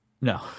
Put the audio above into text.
No